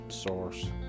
source